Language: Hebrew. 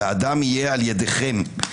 והדם יהיה על ידיכם,